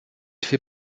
fait